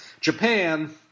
Japan